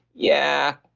yeah,